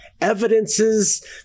evidences